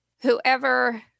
whoever